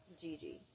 Gigi